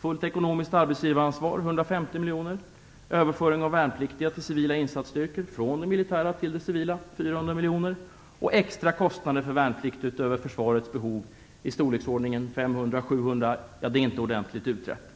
fullt ekonomiskt arbetsgivaransvar skall finansieras med 150 miljoner, överföring av värnpliktiga till civila insatsstyrkor - från det militära till det civila - skall finansieras med 400 miljoner och extra kostnader för värnplikt utöver Försvarets behov skall finansieras med i storleksordningen 500-700 miljoner; det är inte ordentligt utrett.